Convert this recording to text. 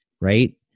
right